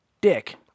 Dick